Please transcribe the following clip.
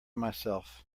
myself